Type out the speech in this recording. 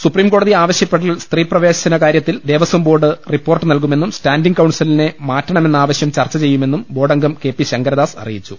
സുപ്രീംക്കോടതി ആവശൃപ്പെട്ടാൽ സ്ത്രീ പ്രവേശന കാരൃത്തിൽ ദേവസ്വം ബോർഡ് റിപ്പോർട്ട് നൽകുമെന്നും സ്റ്റാൻഡിംഗ്ട്ട് കൌൺസലിനെ മാറ്റണമെന്ന ആവശ്യം ചർച്ച ചെയ്യുമെന്നും ബോർഡംഗം കെ പി ശങ്കരദാസ് അറിയിച്ചു